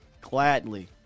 gladly